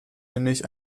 nämlich